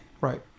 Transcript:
Right